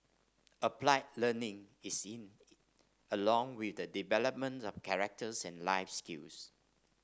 applied learning is in along with the development of character and life skills